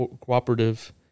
Cooperative